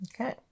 Okay